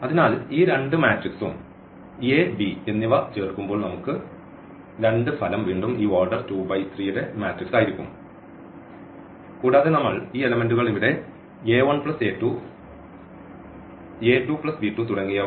അതിനാൽ ഈ രണ്ട് മാട്രിക്സും a b എന്നിവ ചേർക്കുമ്പോൾ നമുക്ക് രണ്ട് ഫലം വീണ്ടും ഈ ഓർഡർ 2 × 3 ന്റെ മാട്രിക്സ് ആയിരിക്കും കൂടാതെ നമ്മൾ ഈ എലെമെന്റുകൾ ഇവിടെ a1a2 a2b2 തുടങ്ങിയവ